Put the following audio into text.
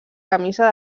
camisa